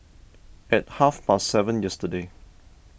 at half past seven yesterday